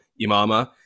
Imama